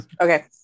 okay